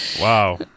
Wow